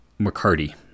McCarty